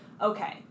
okay